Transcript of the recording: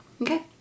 Okay